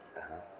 (uh huh)